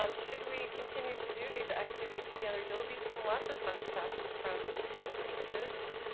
um should we continue to do these activities together, you'll be seeing lots of fun stuff from the two denises.